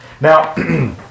Now